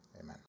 Amen